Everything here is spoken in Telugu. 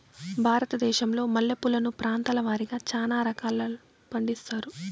భారతదేశంలో మల్లె పూలను ప్రాంతాల వారిగా చానా రకాలను పండిస్తారు